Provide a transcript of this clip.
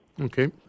Okay